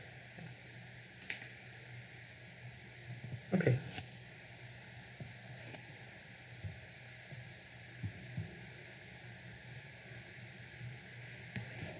okay